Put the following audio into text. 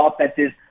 offenses